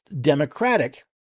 Democratic